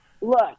look